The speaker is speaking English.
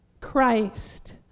Christ